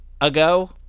ago